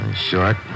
Short